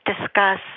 discuss